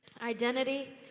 Identity